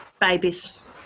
babies